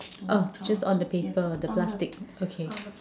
oh just on the paper the plastic okay